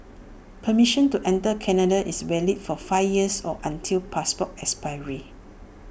permission to enter Canada is valid for five years or until passport expiry